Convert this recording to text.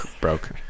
broke